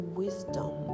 wisdom